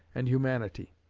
and humanity.